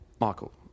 Michael